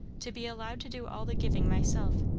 to be allowed to do all the giving myself.